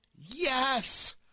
Yes